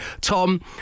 Tom